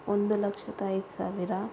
ಒಂದು ಲಕ್ಷದ ಐದು ಸಾವಿರ